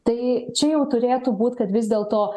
tai čia jau turėtų būt kad vis dėl to